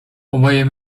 oboje